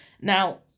Now